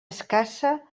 escassa